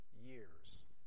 years